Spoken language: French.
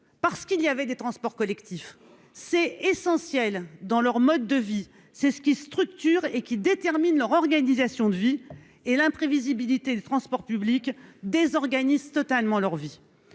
parce qu'il y avait des transports collectifs, c'est essentiel dans leur mode de vie, c'est ce qui structure et qui détermine leur organisation de vie et l'imprévisibilité de transports publics désorganise totalement leur vie